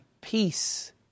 peace